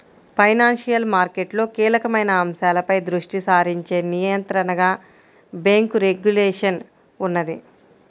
financial మార్కెట్లలో కీలకమైన అంశాలపై దృష్టి సారించే నియంత్రణగా బ్యేంకు రెగ్యులేషన్ ఉన్నది